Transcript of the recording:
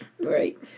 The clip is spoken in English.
Right